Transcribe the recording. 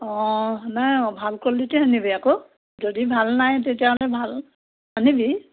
অঁ নাই ভাল কোৱালিটিৰ আনিবি আকৌ যদি ভাল নাই তেতিয়াহ'লে ভাল আনিবি